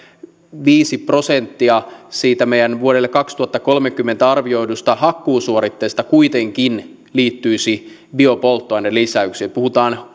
viisi prosenttia siitä meidän vuodelle kaksituhattakolmekymmentä arvioidusta hakkuusuoritteesta kuitenkin liittyisi biopolttoainelisäykseen puhutaan